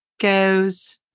goes